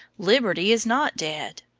liberty is not dead!